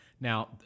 Now